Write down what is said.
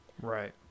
Right